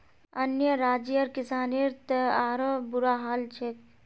अन्य राज्यर किसानेर त आरोह बुरा हाल छेक